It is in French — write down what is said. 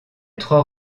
trois